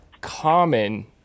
common